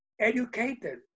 educated